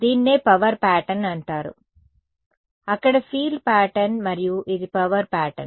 దీన్నే power pattern అంటారు అక్కడ ఫీల్డ్ ప్యాటర్న్ మరియు ఇది పవర్ ప్యాటర్న్